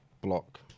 block